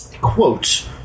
quote